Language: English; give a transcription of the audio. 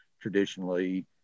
traditionally